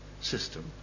system